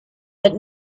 that